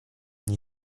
nie